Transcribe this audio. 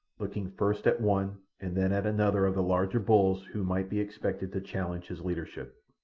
looking first at one and then at another of the larger bulls who might be expected to challenge his leadership.